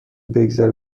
بگذره